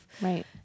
right